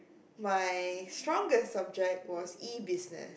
my strongest subject was E business